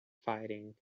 fighting